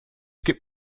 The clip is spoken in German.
gibt